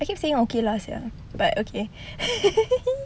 I keep on saying okay lah sia but okay